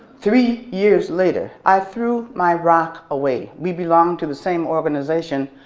three years later, i threw my rock away. we belong to the same organization.